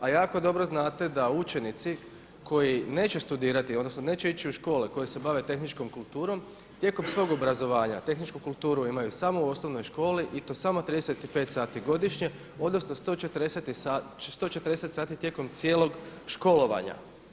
A jako dobro znate da učenici koji neće studirati, odnosno neće ići u škole koje se bave tehničkom kulturom tijekom svog obrazovanja tehničku kulturu imaju samo u osnovnoj školi i to samo 35 sati godišnje, odnosno 140 sati tijekom cijelog školovanja.